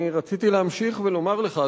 אני רציתי להמשיך ולומר לך,